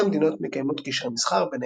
שתי המדינות מקיימות קשרי מסחר,